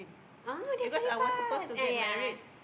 oh that's very fast uh ya